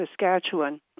Saskatchewan